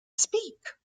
speak